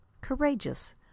courageous